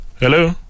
Hello